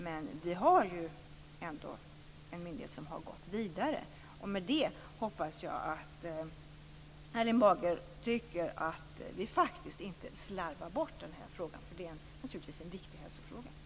Men vi har ju ändå en myndighet som har gått vidare, och i och med det hoppas jag att Erling Bager inte tycker att vi slarvar bort frågan. Det är en viktig hälsofråga.